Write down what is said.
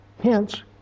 Hence